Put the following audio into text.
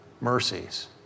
mercies